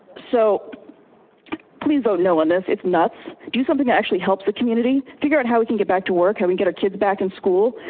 so please vote no on this. it's nuts. do something that actually helps the community figure out how we can get back to work, how we i mean get our kids back in school.